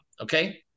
okay